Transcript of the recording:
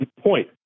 point